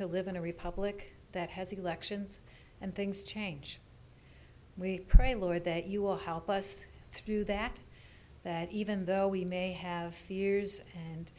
to live in a republic that has elections and things change we pray lord that you will help us through that that even though we may have fears and